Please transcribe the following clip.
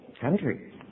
country